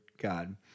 God